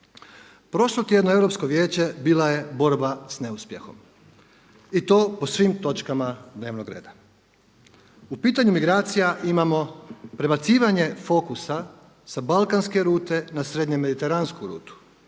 Prošlotjedno Europsko vijeće bila je borba s neuspjehom i to po svim točkama dnevnog reda. U pitanju migracija imamo prebacivanje fokusa sa balkanske rute na srednje mediteransku rutu